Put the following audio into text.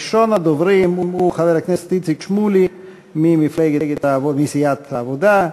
ראשון הדוברים הוא חבר הכנסת איציק שמולי מסיעת העבודה.